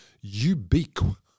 ubiquitous